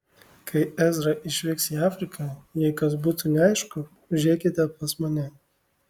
kai ezra išvyks į afriką jei kas būtų neaišku užeikite pas mane